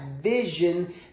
vision